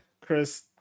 Chris